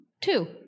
two